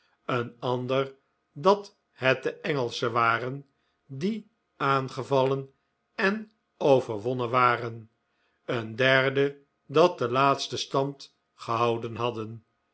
een ander dat het de engelschen waren die aangevallen en overwonnen waren een derde dat de laatsten stand gehouden hadden